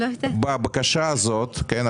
בבקשה הזאת, כן?